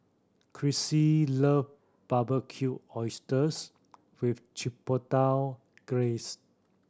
chrissie love Barbecued Oysters with Chipotle Glaze